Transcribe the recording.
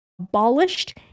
abolished